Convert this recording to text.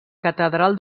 catedral